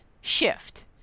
Shift